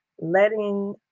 letting